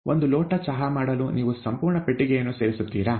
ಒಂದು ಲೋಟ ಚಹಾ ಮಾಡಲು ನೀವು ಸಂಪೂರ್ಣ ಪೆಟ್ಟಿಗೆಯನ್ನು ಸೇರಿಸುತ್ತೀರಾ